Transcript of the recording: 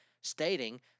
stating